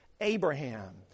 Abraham